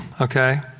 okay